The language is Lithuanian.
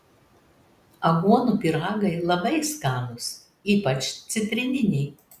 aguonų pyragai labai skanūs ypač citrininiai